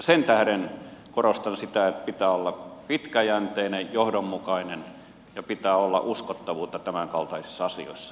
sen tähden korostan sitä että pitää olla pitkäjänteinen johdonmukainen ja pitää olla uskottavuutta tämänkaltaisissa asioissa